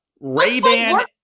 Ray-Ban